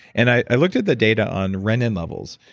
and i looked at the data on renin levels.